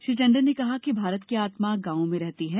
श्री टंडन ने कहा कि भारत की आत्मा ग्रामों में रहती है